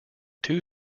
two